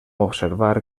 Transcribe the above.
observar